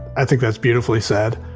i think that's beautifully said.